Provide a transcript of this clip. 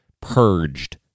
purged